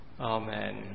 Amen